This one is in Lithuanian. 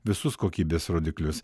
visus kokybės rodiklius